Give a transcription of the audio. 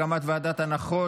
הקמת ועדת הנחות),